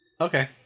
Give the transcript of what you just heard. Okay